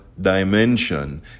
dimension